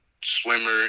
swimmer